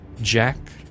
Jack